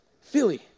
Philly